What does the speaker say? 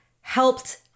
helped